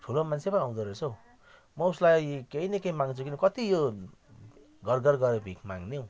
ठुलो मान्छे पो आउँदोरहेछ हो म उसलाई केही न केही माग्छु कि त कति यो घर घर गएर भिख माग्ने हो